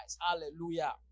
Hallelujah